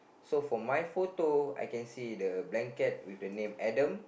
so for my photo I can see the blanket with the name Adam